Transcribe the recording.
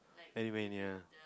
anywhere near